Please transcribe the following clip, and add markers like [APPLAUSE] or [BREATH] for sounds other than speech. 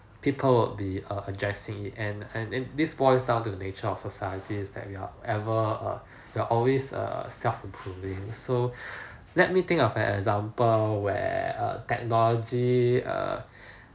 people will be err addressing its and and then this points down to the nature of society is that we are ever err we are always err self improving so [BREATH] let me think of an example where err technology err [BREATH]